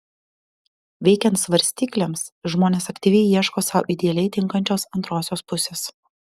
veikiant svarstyklėms žmonės aktyviai ieško sau idealiai tinkančios antrosios pusės